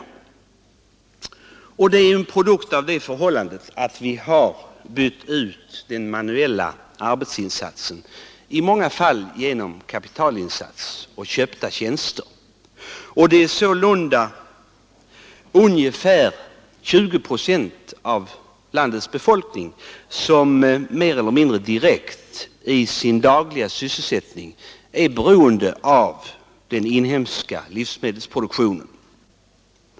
Detta är ett resultat av att vi i många fall bytt ut den manuella arbetsinsatsen genom kapitalinsater och köpta tjänster. Det är sålunda ungefär 20 procent av landets befolkning som mer eller mindre direkt i sin dagliga sysselsättning är beroende av den inhemska livsmedelsproduktionen.